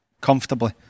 Comfortably